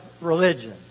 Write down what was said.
Religion